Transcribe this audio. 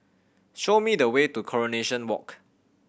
show me the way to Coronation Walk